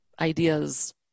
ideas